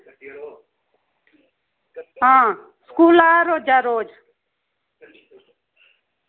आं स्कूला रोज़ा रोज़